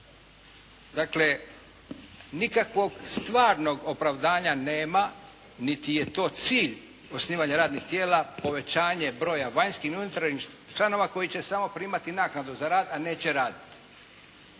Dakle, nikakvog stvarnog opravdanja nema niti je to cilj osnivanja radnih tijela povećanje broja vanjskih i unutarnjih članova koji će samo primati naknadu za rad, a neće raditi.